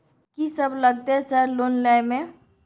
कि सब लगतै सर लोन लय में?